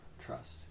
trust